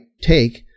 take